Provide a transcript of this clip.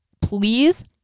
please